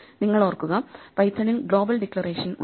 നിങ്ങൾ ഓർക്കുക പൈത്തണിൽ ഗ്ലോബൽ ഡിക്ലറേഷൻ ഉണ്ട്